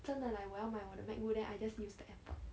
真的 like 我要买我的 macbook then I just use the airpod